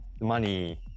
money